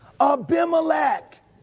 Abimelech